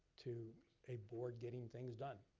to a board getting things done.